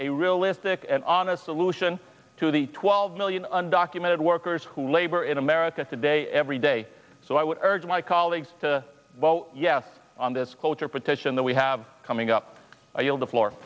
a realistic and on a solution to the twelve million undocumented workers who labor in america today every day so i would urge my colleagues to vote yes on this culture petition that we have coming up i yield the floor